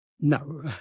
No